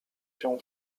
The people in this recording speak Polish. się